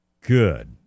good